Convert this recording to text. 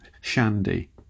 shandy